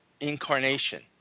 incarnation